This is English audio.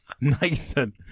Nathan